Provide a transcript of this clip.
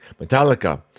Metallica